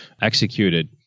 executed